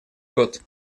год